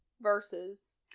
versus